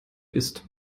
isst